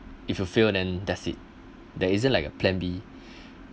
if you fail then that's it there isn't like a plan b